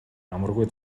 амаргүй